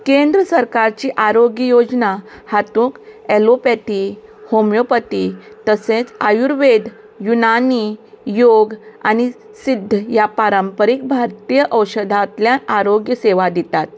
केंद्र सरकारची आरोग्य योजना हातूक ऍलोपॅथी होमियोपथी तसेंच आयुर्वेद युनानी योग आनी सिद्ध ह्या पारंपारीक भारतीय औशधांतल्यान आरोग्य सेवा दितात